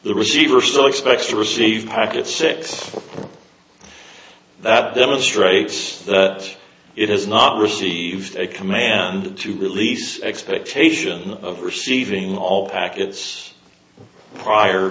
the receiver still expects to receive packet six that demonstrates that it has not received a command to release expectation of receiving all packets prior